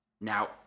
Now